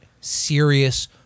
serious